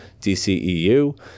DCEU